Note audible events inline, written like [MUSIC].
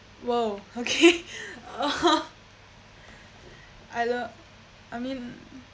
!whoa! okay [LAUGHS] oh I lo~ I mean